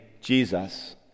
Jesus